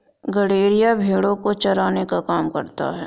गड़ेरिया भेड़ो को चराने का काम करता है